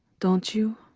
don't you?